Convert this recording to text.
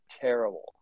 terrible